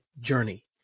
journey